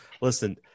listen